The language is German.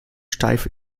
steif